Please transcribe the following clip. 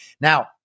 Now